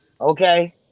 Okay